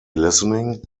listening